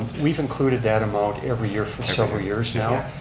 we've included that amount every year for several years now.